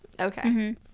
okay